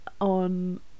on